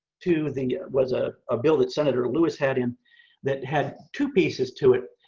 to the was a ah bill that senator lewis had in that had two pieces to it.